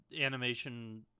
animation